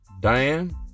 Diane